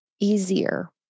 easier